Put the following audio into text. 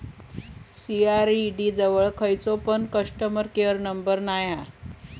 CRED जवळ खयचो पण कस्टमर केयर नंबर नाय हा